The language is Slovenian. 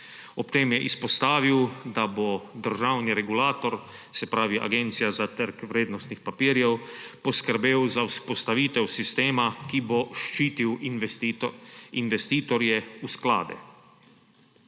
Ob tem je izpostavil, da bo državni regulator, se pravi Agencija za trg vrednostnih papirjev, poskrbel za vzpostavitev sistema, ki bo ščitil investitorje v sklade.